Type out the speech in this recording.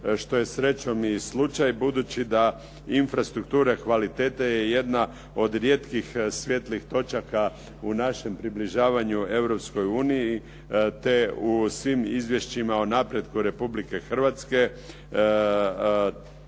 što je srećom i slučaj budući da infrastrukture kvalitete je jedna od rijetkih svijetlih točaka u našem približavanju Europskoj uniji, te u svim izvješćima o napretku Republike Hrvatske.